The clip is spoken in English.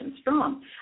strong